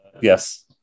Yes